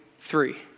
three